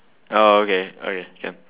oh okay okay can